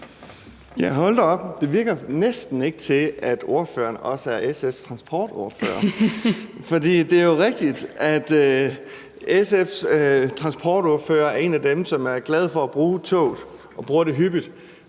Hold da op – det virker næsten ikke, som om spørgeren også er SF's transportordfører. For det er jo rigtigt, at SF's transportordfører er en af dem, som er glade for at bruge toget og bruger det hyppigt.